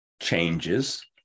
changes